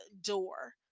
door